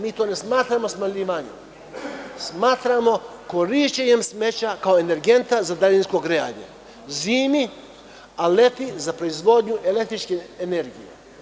Mi to ne smatramo spaljivanjem, smatramo korišćenjem smeća kao energenta za daljinsko grejanje zimi, a leti za proizvodnju električne energije.